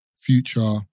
Future